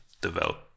develop